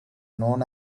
known